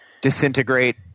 Disintegrate